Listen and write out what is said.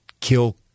kill